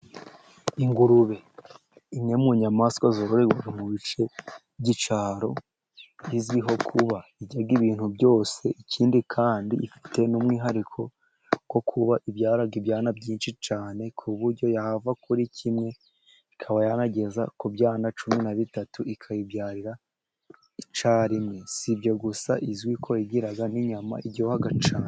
Ingurube imwe mu nyamaswa zororwa mu bice by’icyaro, izwiho kuba irya ibintu byose. Ikindi kandi ifite n'umwihariko wo kuba ibyara ibyana byinshi cyane, ku buryo yava kuri kimwe ikaba yanageza ku byana cumi na bitatu ikabibyarira icyarimwe. Si ibyo gusa, izwi ko igira n’inyama iryoha cyane.